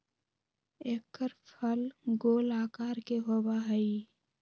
एकर फल गोल आकार के होबा हई